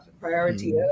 priority